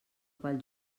pel